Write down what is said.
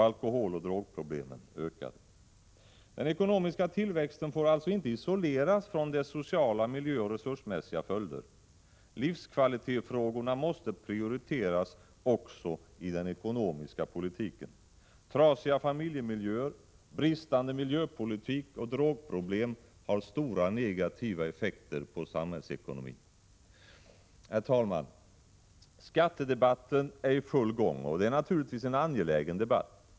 Alkoholoch drogproblemen ökade. Den ekonomiska tillväxten får alltså inte isoleras från sina sociala, miljömässiga och resursmässiga följder. Livskvalitetsfrågorna måste prioriteras också i den ekonomiska politiken. Trasiga familjemiljöer, bristande miljöpolitik och drogproblem har stora negativa effekter på samhällsekonomin. Herr talman! Skattedebatten är i full gång, och det är naturligtvis en angelägen debatt.